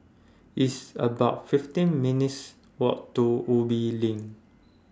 It's about fifteen minutes' Walk to Ubi LINK